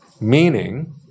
Meaning